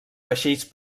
vaixells